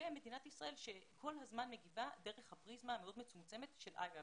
ומדינת ישראל שכל הזמן מגיבה דרך הפריזמה המאוד מצומצמת של איירה.